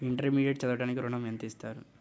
Intermediate చదవడానికి ఋణం ఎంత ఇస్తారు?